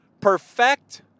perfect